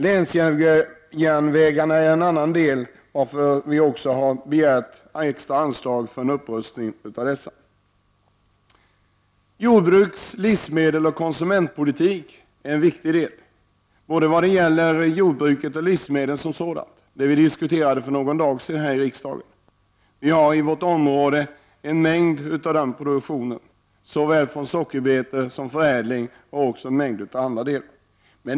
Länsjärnvägarna är en annan del av kommunikationsnätet, varför vi också har begärt extra anslag för en upprustning av dessa. Jordbruks-, livmedelsoch konsumentpolitik är en viktig del, även när det gäller jordbruk och livsmedel som sådant. Vi diskuterade detta för några dagar sedan här i riksdagen. Vi har i vårt område en stor del av den produktionen, sockerbetsodling, förädling och flera andra verksamheter.